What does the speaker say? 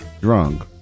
drunk